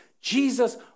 Jesus